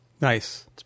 nice